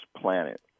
planet